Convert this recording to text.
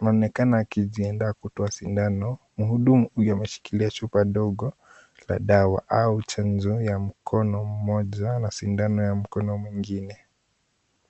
anaonekana akijiandaa kutoa sindano. Mhudumu huyo ameshikilia chupa ndogo ya dawa au chanjo kwa mkono mmoja na sindano kwa mkono mwingine.